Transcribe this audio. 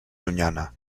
llunyana